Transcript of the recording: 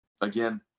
again